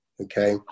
okay